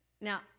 Now